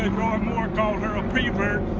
and roy moore called her a pre-vert